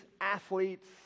athletes